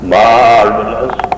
marvelous